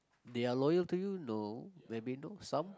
they are loyal to you no maybe no some